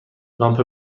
لامپ